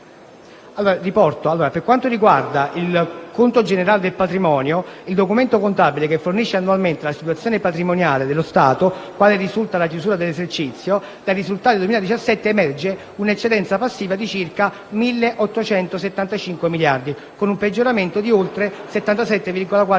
Per quanto riguarda il conto generale del patrimonio, il documento contabile che fornisce annualmente la situazione patrimoniale dello Stato quale risulta alla chiusura dell'esercizio, dai risultati 2017 emerge un'eccedenza passiva di circa 1.875 miliardi, con un peggioramento di oltre 77,4 miliardi